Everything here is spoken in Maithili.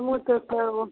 ओ तऽ करबौ